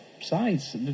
sides